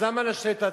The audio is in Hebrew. אז למה נשלה את עצמנו?